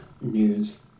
news